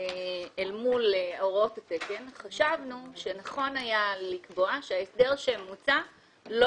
אל מול הוראות התקן חשבנו שנכון היה לקבוע שההסדר שמוצע לא